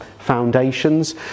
Foundations